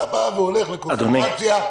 אתה הולך לקונספירציה.